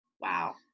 Wow